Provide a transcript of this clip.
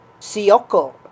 Sioko